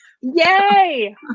Yay